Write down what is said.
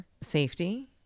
safety